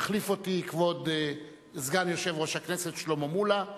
יחליף אותי סגן יושב-ראש הכנסת שלמה מולה.